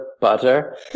butter